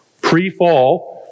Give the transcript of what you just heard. pre-fall